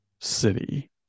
city